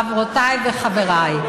חברותיי וחבריי,